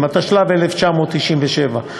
התשל"ו 1977,